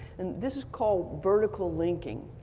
and this is called vertical linking.